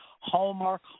hallmark